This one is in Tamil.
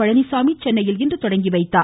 பழனிச்சாமி சென்னையில் இன்று தொடங்கிவைத்தார்